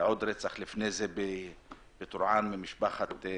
נוסף ממשפחת דאחלה.